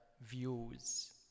views